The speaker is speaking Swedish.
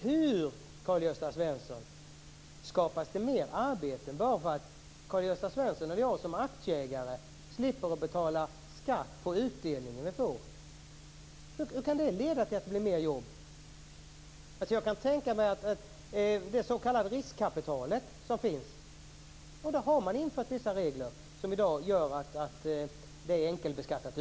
Hur skapas det fler arbeten bara för att Karl-Gösta Svenson och jag som aktieägare slipper betala skatt på den utdelning vi får? Hur kan det leda till att det blir fler jobb? Jag kan tänka mig att det berör det s.k. riskkapital som finns. Men där har man infört vissa regler som i dag gör att utdelningen är enkelbeskattad.